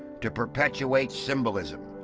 to perpetuate symbolism.